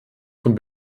von